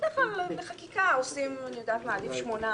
בדרך כלל בחקיקה עדיף שמונה,